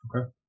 Okay